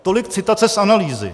Tolik citace z analýzy.